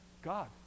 God